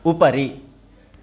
उपरि